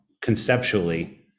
conceptually